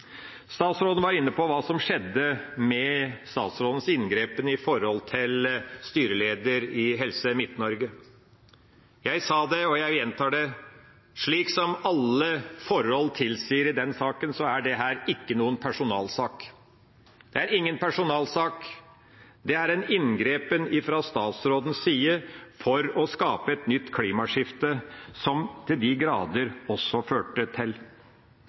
Statsråden var inne på hva som skjedde med statsrådens inngripen når det gjelder styreleder i Helse Midt-Norge. Jeg sa det – og jeg gjentar det: Slik alle forhold tilsier det i den saken, er dette ikke noen personalsak. Det er ingen personalsak; det er en inngripen fra statsrådens side for å skape et nytt klimaskifte, som det til de grader også førte til.